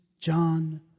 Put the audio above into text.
John